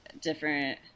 different